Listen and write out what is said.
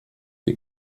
wir